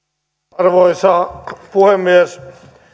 arvoisa puhemies